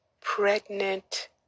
pregnant